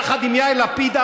יחד עם יאיר לפיד,